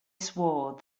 swore